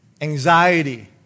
anxiety